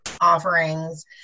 offerings